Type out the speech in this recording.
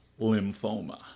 lymphoma